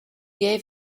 gave